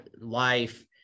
life